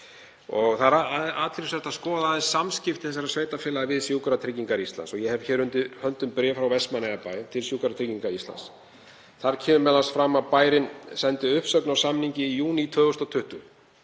Það er athyglisvert að skoða samskipti þessara sveitarfélaga við Sjúkratryggingar Íslands og ég hef hér undir höndum bréf frá Vestmannaeyjabæ til Sjúkratrygginga Íslands. Þar kemur m.a. fram að bærinn sendi uppsögn á samningi í júní 2020